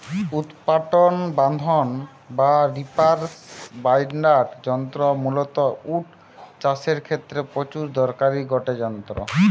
উৎপাটন বাঁধন বা রিপার বাইন্ডার যন্ত্র মূলতঃ ওট চাষের ক্ষেত্রে প্রচুর দরকারি গটে যন্ত্র